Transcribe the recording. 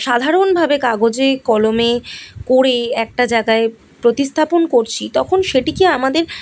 সাধারণভাবে কাগজে কলমে করে একটা জায়গায় প্রতিস্থাপন করছি তখন সেটিকে আমাদের